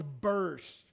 burst